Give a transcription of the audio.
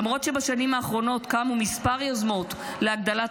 למרות שבשנים האחרונות קמו כמה יוזמות להגדלת